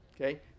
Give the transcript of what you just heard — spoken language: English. okay